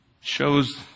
shows